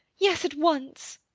yes at once.